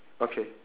okay